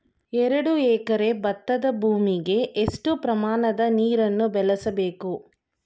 ಎರಡು ಎಕರೆ ಭತ್ತದ ಭೂಮಿಗೆ ಎಷ್ಟು ಪ್ರಮಾಣದ ನೀರನ್ನು ಬಳಸಬೇಕು?